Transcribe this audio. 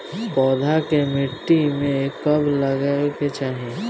पौधा के मिट्टी में कब लगावे के चाहि?